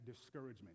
discouragement